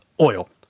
oil